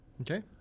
Okay